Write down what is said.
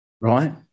right